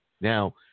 now